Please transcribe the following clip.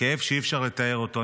כאב שאי אפשר לתאר אותו.